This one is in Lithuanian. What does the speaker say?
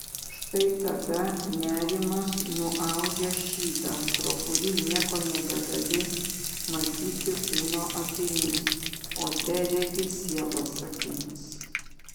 štai tada nerimas nuaudžia šydą pro kurį nieko nebegali matyti kūno akimis o teregi sielos akimis